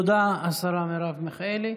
תודה, השרה מרב מיכאלי.